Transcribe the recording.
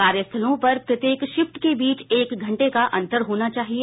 कार्यस्थलों पर प्रत्येक शिफ्ट के बीच एक घंटे का अंतर होना चाहिए